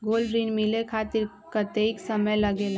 Gold ऋण मिले खातीर कतेइक समय लगेला?